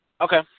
Okay